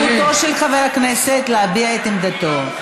זכותו של חבר הכנסת להביע את עמדתו.